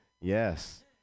yes